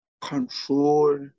control